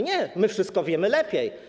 Nie, my wszystko wiemy lepiej.